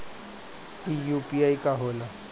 ई यू.पी.आई का होला?